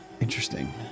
Interesting